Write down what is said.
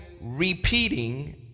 repeating